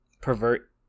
pervert